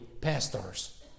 pastors